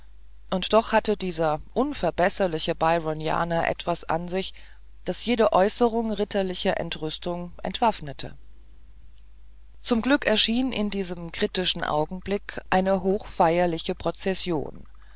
und doch hatte dieser unverbesserliche byronianer etwas an sich das jede äußerung ritterlicher entrüstung entwaffnete zum glück erschien in diesem kritischen augenblick eine hochfeierliche prozession